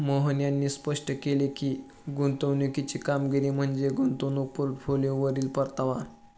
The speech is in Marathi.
मोहन यांनी स्पष्ट केले की, गुंतवणुकीची कामगिरी म्हणजे गुंतवणूक पोर्टफोलिओवरील परतावा